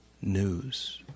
news